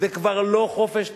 זה כבר לא חופש תנועה.